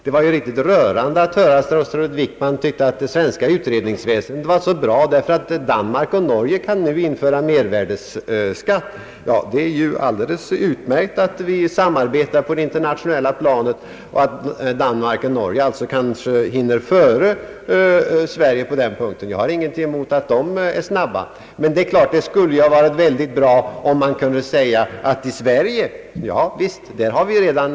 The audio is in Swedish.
Det var riktigt rörande att höra att statsrådet Wickman tyckte att det svenska utredningsväsendet var så bra, därför att Danmark och Norge nu kunde införa mervärdeskatt. Det är ju alldeles utmärkt att vi samarbetar på det sättet på det internationella planet och att Danmark och Norge kanske hinner före Sverige på den punkten. Jag har ingenting emot att dessa länder är snabba. Det skulle dock ha varit väldigt bra om man kunde säga att i Sverige har vi redan infört mervärdeskatten.